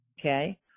Okay